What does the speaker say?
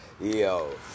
Yo